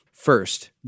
First